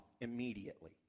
immediately